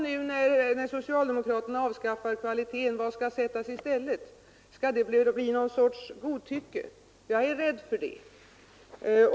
Men när socialdemokraterna nu avskaffar kvaliteten, vad skall då sättas i stället? Skall det bli någon sorts godtycke? Jag är rädd för det.